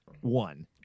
one